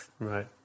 Right